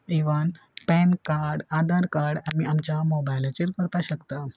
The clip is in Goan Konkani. even PAN card Aadhaar card आमी आमच्या मोबायलाचेर करपा शकता